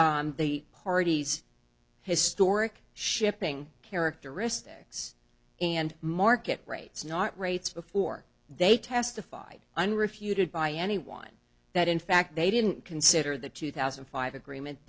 used the party's historic shipping characteristics and market rates not rates before they testified and refuted by anyone that in fact they didn't consider the two thousand and five agreement